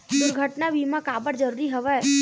दुर्घटना बीमा काबर जरूरी हवय?